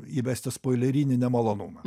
įvesti spoilerinį nemalonumą